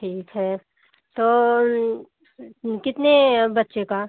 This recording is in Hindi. ठीक है तो कितने बच्चे का